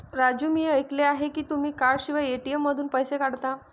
राजू मी ऐकले आहे की तुम्ही कार्डशिवाय ए.टी.एम मधून पैसे काढता